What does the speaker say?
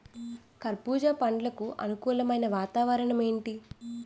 కర్బుజ పండ్లకు అనుకూలమైన వాతావరణం ఏంటి?